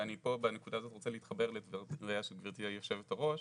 ואני פה בנקודה הזאת רוצה להתחבר לדבריה של גברתי יושבת הראש,